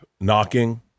knocking